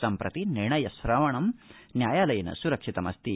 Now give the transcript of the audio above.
सम्प्रति निर्णय श्रावणं न्यायालयेन स्रक्षितमस्ति